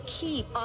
keep